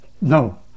No